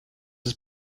ist